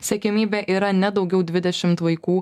siekiamybė yra ne daugiau dvidešimt vaikų